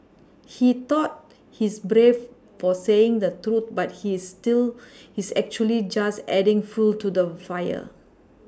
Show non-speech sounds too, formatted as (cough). he thought he's brave for saying the truth but he's (unintelligible) he's actually just adding fuel to the fire